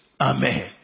Amen